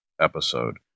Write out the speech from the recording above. episode